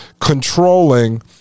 controlling